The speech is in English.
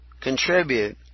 contribute